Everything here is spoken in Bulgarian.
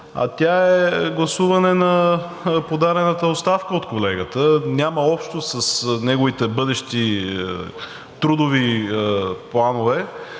а тя е гласуване на подадената оставка от колегата, няма общо с неговите бъдещи трудови планове,